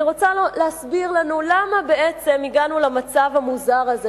אני רוצה להסביר לנו למה בעצם הגענו למצב המוזר הזה,